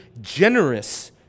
generous